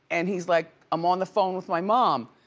and he's like, i'm on the phone with my mom.